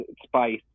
spice